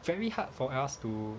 very hard for us to